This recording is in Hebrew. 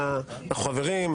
אנחנו חברים,